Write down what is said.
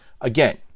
Again